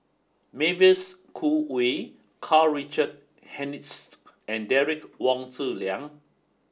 Mavis Khoo Oei Karl Richard Hanitsch and Derek Wong Zi Liang